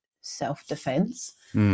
self-defense